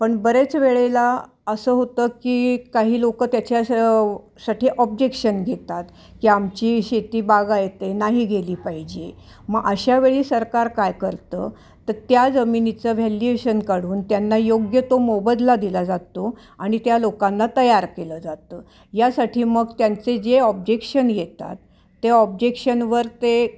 पण बरेच वेळेला असं होतं की काही लोक त्याच्यास साठी ऑब्जेक्शन घेतात की आमची शेती बागायती नाही गेली पाहिजे मग अशावेळी सरकार काय करतं तर त्या जमिनीचं व्हॅल्युएशन काढून त्यांना योग्य तो मोबदला दिला जातो आणि त्या लोकांना तयार केलं जातं यासाठी मग त्यांचे जे ऑब्जेक्शन येतात ते ऑब्जेक्शनवर ते